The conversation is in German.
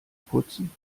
putzen